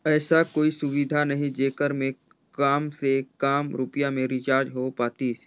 ऐसा कोई सुविधा नहीं जेकर मे काम से काम रुपिया मे रिचार्ज हो पातीस?